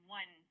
one